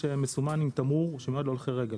שמסומן עם תמרור שמיועד להולכי רגל.